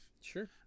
sure